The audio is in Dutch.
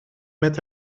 met